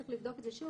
צריך לבדוק את זה שוב,